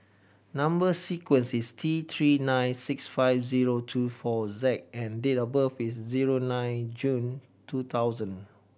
number sequence is T Three nine six five zero two four Z and date of birth is zero nine June two thousand